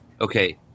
Okay